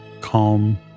calm